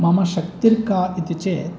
मम शक्तिर्का इति चेत्